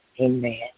Amen